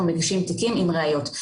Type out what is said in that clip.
אנחנו מגישים תיקים עם ראיות.